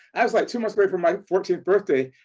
i was like, two months away from my fourteenth birthday.